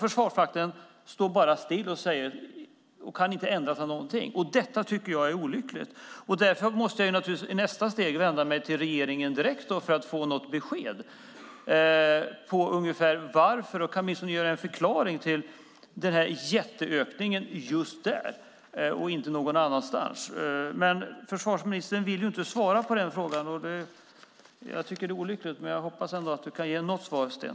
Försvarsmakten står bara still och kan inte ändra sig i någonting. Detta tycker jag är olyckligt. Därför måste jag naturligtvis i nästa steg vända mig till regeringen direkt för att få något besked om varför det är så här. Regeringen borde åtminstone kunna ge en förklaring till denna jätteökning just här och inte någon annanstans. Men försvarsministern vill inte svara på den frågan. Jag tycker att det är olyckligt, men jag hoppas ändå att du kan ge något svar, Sten.